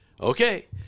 okay